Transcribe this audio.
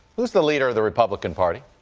who was the leaderis the republican party?